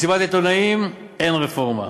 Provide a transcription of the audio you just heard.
מסיבת עיתונאים, אין רפורמה,